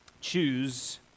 choose